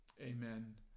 Amen